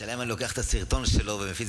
השאלה היא: אם אני לוקח את הסרטון שלו ומפיץ